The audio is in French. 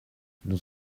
nous